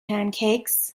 pancakes